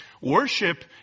Worship